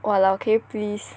!walao! can you please